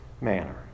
manner